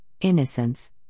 innocence